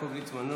יעקב ליצמן,